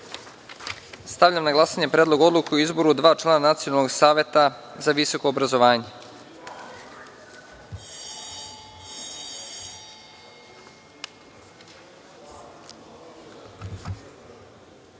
radu. Stavljam na glasanje Predlog odluke o izboru dva člana Nacionalnog saveta za visoko obrazovanje. Molim